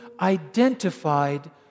identified